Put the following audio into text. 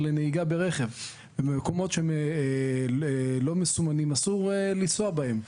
נהיגה ברכב ובמקומות שאינם מסומנים אסור לנסוע בהם.